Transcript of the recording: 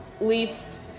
least